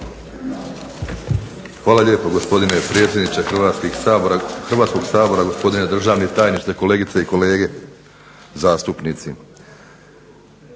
Hvala lijepo gospodine predsjedniče Hrvatskog sabora, gospodine državni tajniče, kolegice i kolege zastupnici.